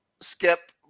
Skip